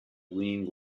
winning